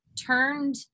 turned